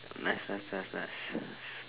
nice nice nice nice